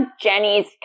Jenny's